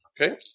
Okay